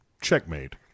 Checkmate